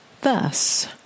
thus